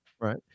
right